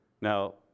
now